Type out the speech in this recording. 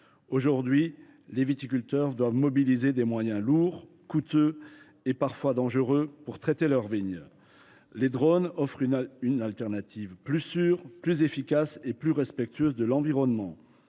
Aujourd’hui, les viticulteurs doivent mobiliser des moyens lourds, coûteux et parfois dangereux pour traiter leurs vignes. Les drones offrent une alternative plus sûre, plus efficace et plus respectueuse de l’environnement.